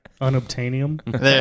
unobtainium